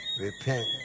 Repent